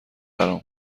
برام